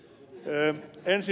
ensinnäkin ed